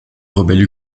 rebelles